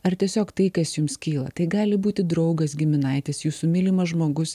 ar tiesiog tai kas jums kyla tai gali būti draugas giminaitis jūsų mylimas žmogus